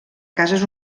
cases